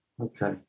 Okay